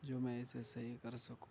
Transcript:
جو میں اسے صحیح کر سکوں